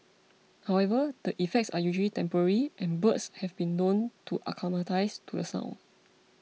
however the effects are usually temporary and birds have been known to acclimatise to the sound